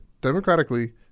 democratically